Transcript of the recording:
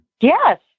Yes